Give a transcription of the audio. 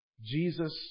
Jesus